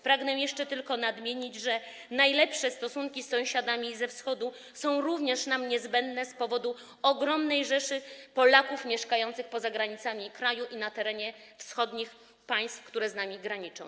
Pragnę jeszcze tylko nadmienić, że najlepsze stosunki z sąsiadami ze Wschodu są nam niezbędne również z powodu ogromnej rzeszy Polaków mieszkających poza granicami kraju, na terenie wschodnich państw, które z nami graniczą.